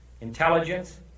intelligence